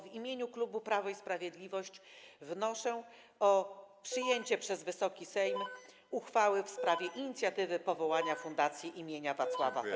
W imieniu klubu Prawo i Sprawiedliwość wnoszę o przyjęcie przez Wysoki Sejm uchwały w sprawie inicjatywy powołania Fundacji im. Wacława Felczaka.